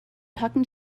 talking